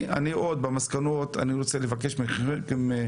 במסגרת המסקנות אני ארצה לבקש מכולכם